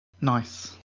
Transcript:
Nice